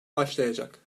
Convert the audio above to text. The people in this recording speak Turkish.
başlayacak